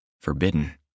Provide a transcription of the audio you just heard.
Forbidden